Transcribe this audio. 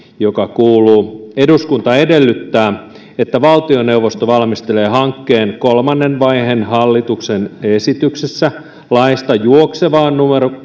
joka kuuluu eduskunta edellyttää että valtioneuvosto valmistelee hankkeen kolmannen vaiheen hallituksen esityksessä laista juoksevaan